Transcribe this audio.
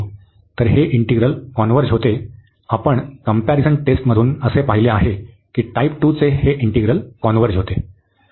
तर हे integral converge होते आपण कम्पॅरिझन टेस्टंमधून असे पाहिले आहे की टाइप 2 चे हे इंटिग्रल कॉन्व्हर्ज होते